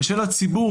ושל הציבור,